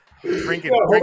drinking